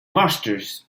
masters